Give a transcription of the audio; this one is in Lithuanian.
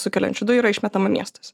sukeliančių dujų yra išmetama miestas